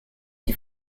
die